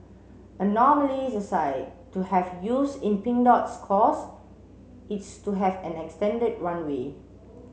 anomalies aside to have youths in Pink Dot's cause is to have an extended runway